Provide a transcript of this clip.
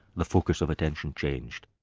the focus of attention changed.